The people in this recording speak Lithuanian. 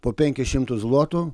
po penkis šimtus zlotų